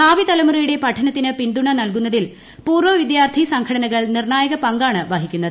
ഭാവിതലമുറയുടെ പഠനത്തിന് പിന്തുണ നൽകുന്നതിൽ പൂർവ്വ വിദ്യാർത്ഥി സംഘടനകൾ നിർണ്ണായക പങ്കാണ് വഹിക്കുന്നത്